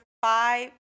five